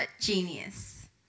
genius